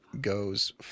goes